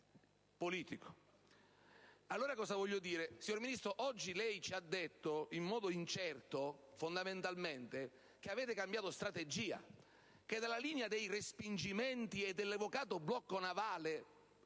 politico. Cosa voglio dire con questo? Oggi lei ci ha detto in modo incerto fondamentalmente che avete cambiato strategia, che dalla linea dei respingimenti e dell'evocato blocco navale